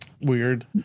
Weird